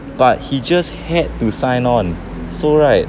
but he just had to sign on so right